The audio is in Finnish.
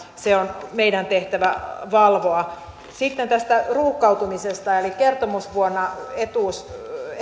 se on meidän tehtävämme valvoa sitten tästä ruuhkautumisesta eli kertomusvuonna etuuksien